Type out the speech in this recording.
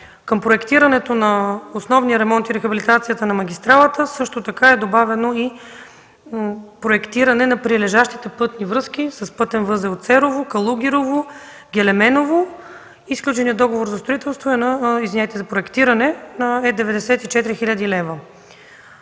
Към проектирането на основния ремонт и рехабилитацията на магистралата също така е добавено и проектиране на прилежащите пътни връзки с пътен възел Церово, Калугерово, Гелеменово и сключеният договор за проектиране е за 94 хил. лв.